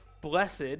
blessed